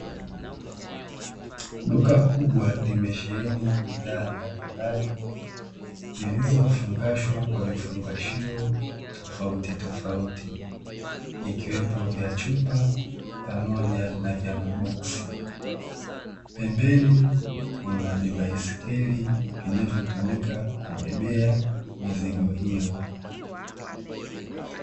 Duka kubwa limesheheni bidhaa mbalimbali zilizofungashwa kwa vifungashio tofauti tofauti. Vikiwepo vya chupa pamoja na vya maboksi, pembeni kuna vibaisikeli vinavyotumika kubebea mizigo hiyo.